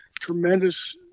tremendous